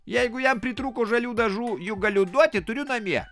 jeigu jam pritrūko žalių dažų juk galiu duoti turiu namie